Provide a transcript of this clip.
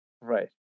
right